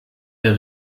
der